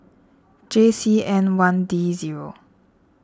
J C N one D zero